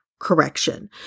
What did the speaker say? Correction